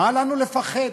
מה לנו לפחד?